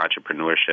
entrepreneurship